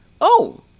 Oh